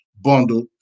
bundle